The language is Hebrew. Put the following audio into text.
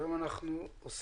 היום אנחנו מקיימים